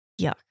Yuck